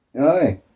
Aye